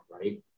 right